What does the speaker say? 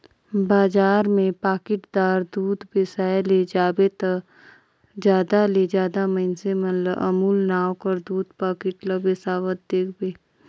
बजार में पाकिटदार दूद बेसाए ले जाबे ता जादा ले जादा मइनसे मन ल अमूल नांव कर दूद पाकिट ल बेसावत देखबे